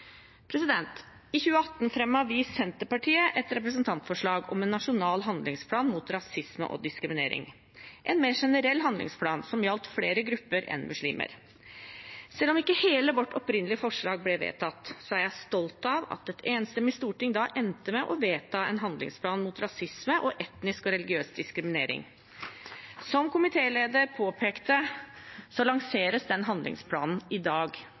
I 2018 fremmet vi i Senterpartiet et representantforslag om en nasjonal handlingsplan mot rasisme og diskriminering – en mer generell handlingsplan som gjaldt flere grupper enn muslimer. Selv om ikke hele vårt opprinnelige forslag ble vedtatt, er jeg stolt av at et enstemmig storting da endte med å vedta en handlingsplan mot rasisme og etnisk og religiøs diskriminering. Som komitélederen påpekte, lanseres den handlingsplanen i dag,